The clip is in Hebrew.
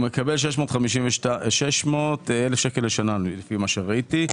הוא מקבל 600 אלף שקל לשנה, לפי מה שראיתי.